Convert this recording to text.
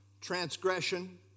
transgression